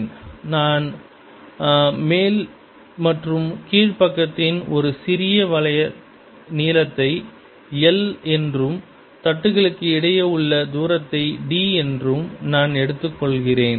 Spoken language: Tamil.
E B∂t நான் மேல் மற்றும் கீழ் பக்கத்தின் ஒரு சிறிய வளைய நீலத்தை I என்றும் தட்டுகளுக்கு இடையே உள்ள தூரத்தை d என்றும் நான் எடுத்துக்கொள்கிறேன்